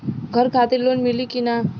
घर खातिर लोन मिली कि ना?